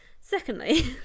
Secondly